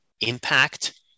impact